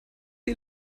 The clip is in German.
die